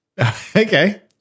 Okay